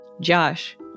Josh